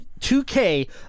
2K